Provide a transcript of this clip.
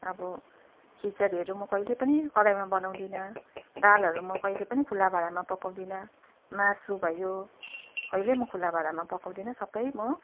अब खिचडीहरू म कहिले पनि कराहीमा बनाउँदिनँ दालहरू म कहिले पनि खुल्ला भाँडामा पकाउँदिनँ मासु भयो कहिले म खुल्ला भाँडामा पकाउँदिनँ सबै म